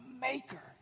maker